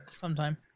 sometime